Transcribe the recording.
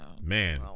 man